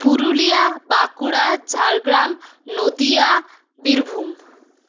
Purulia Bankura Jhargram Nadia Birbhum